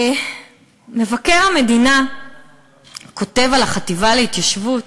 מבקר המדינה כותב על החטיבה להתיישבות: